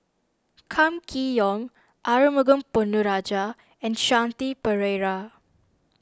Kam Kee Yong Arumugam Ponnu Rajah and Shanti Pereira